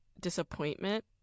disappointment